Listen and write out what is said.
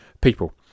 people